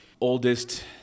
oldest